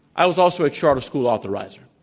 i was also a charter school authorizer.